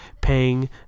paying